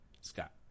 scott